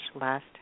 last